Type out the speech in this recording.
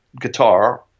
guitar